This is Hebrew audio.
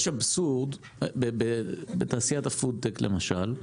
יש אבסורד, בתעשיית ה-"food-tech" למשל,